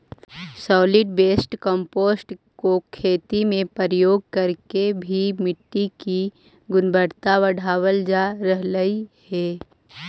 solid waste compost को खेती में प्रयोग करके भी मिट्टी की गुणवत्ता बढ़ावाल जा रहलइ हे